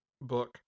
book